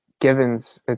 givens